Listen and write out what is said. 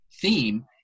theme